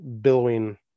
billowing